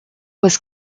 was